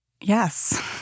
Yes